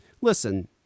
Listen